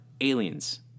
aliens